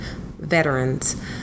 veterans